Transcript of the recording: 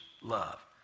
love